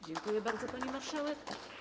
Dziękuję bardzo, pani marszałek.